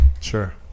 Sure